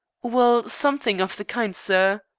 well, something of the kind, sir.